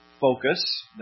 focus